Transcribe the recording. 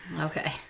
okay